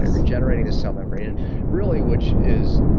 regenerating the cell membrane really, which is.